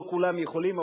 לא כולם יכולים,